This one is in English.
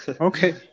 okay